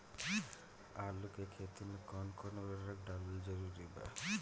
आलू के खेती मे कौन कौन उर्वरक डालल जरूरी बा?